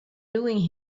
doing